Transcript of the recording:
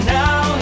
now